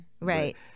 Right